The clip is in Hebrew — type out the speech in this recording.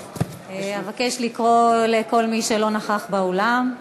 אבקש לקרוא לכל מי שלא נכח באולם.